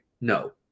no